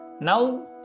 now